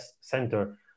center